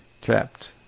Trapped